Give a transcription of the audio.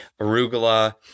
arugula